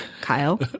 Kyle